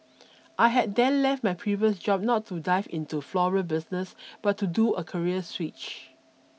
I had then left my previous job not to 'dive' into the floral business but to do a career switch